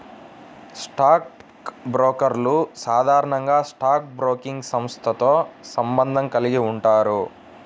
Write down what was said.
stock బ్రోకర్లు సాధారణంగా stock broking సంస్థతో సంబంధం కలిగి ఉంటారు